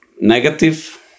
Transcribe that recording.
negative